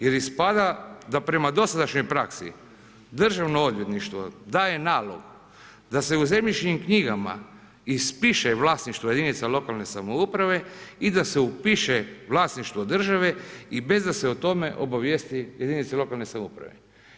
Jer ispada da prema dosadašnjoj praksi Državno odvjetništvo da je nalog da se u zemljišnim knjigama ispiše vlasništvo jedinica lokalne samouprave i da se upiše vlasništvo države i bez da se o tome obavijesti jedinice lokalne samouprave.